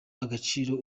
agaciro